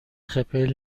خپل